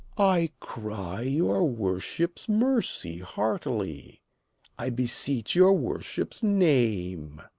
i cry your worships mercy, heartily i beseech your worship's name.